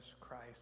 Christ